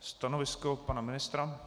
Stanovisko pana ministra?